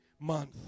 month